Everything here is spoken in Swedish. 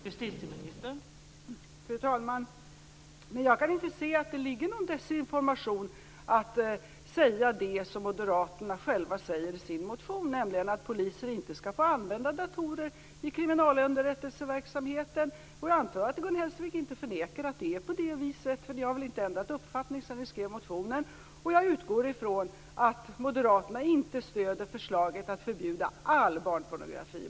Fru talman! Jag kan inte se att det ligger någon desinformation i att säga det som Moderaterna själva säger i sin motion, nämligen att polisen inte skall få använda datorer i kriminalunderrättelseverksamheten. Jag antar att Gun Hellsvik inte förnekar att det är på det viset. Ni har väl inte ändrat uppfattning sedan ni skrev motionen? Jag utgår ifrån att Moderaterna inte stöder förslaget att förbjuda all barnpornografi.